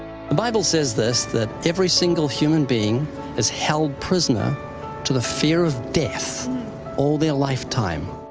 bible says this, that every single human being is held prisoner to the fear of death all their lifetime.